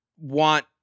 want